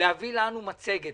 להביא לנו מצגת,